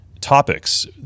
topics